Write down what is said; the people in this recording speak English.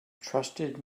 trusted